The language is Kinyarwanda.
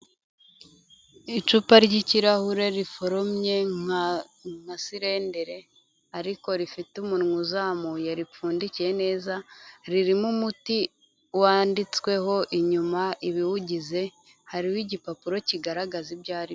Icupa ry'ikirahure riforomye nka sirendire, ariko rifite umunwa uzamuye, ripfundikiye neza, ririmo umuti wanditsweho inyuma ibiwugize. Hariho igipapuro kigaragaza ibyo ari byo.